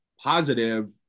positive